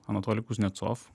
anatolij kuznecov